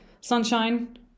sunshine